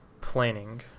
planning